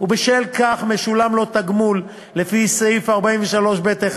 ובשל כך משולם לו תגמול לפי סעיף 43(ב)(1),